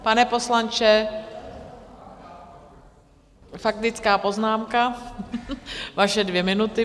Pane poslanče, faktická poznámka, vaše dvě minuty.